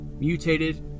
mutated